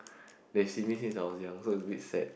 they've seen me since I was young so it's a bit sad